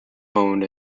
owned